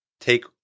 take